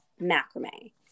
macrame